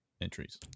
entries